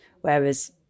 whereas